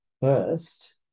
first